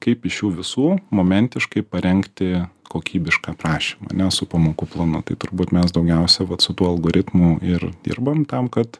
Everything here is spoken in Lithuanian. kaip iš jų visų momentiškai parengti kokybišką aprašymą ane su pamokų planu tai turbūt mes daugiausiai vat su tuo algoritmu ir dirbam tam kad